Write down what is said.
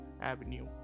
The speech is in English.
Avenue